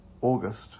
August